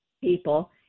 people